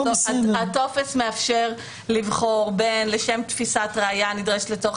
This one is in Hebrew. הטופס מאפשר לבחור בין לשם תפיסת ראיה הנדרשת לצורך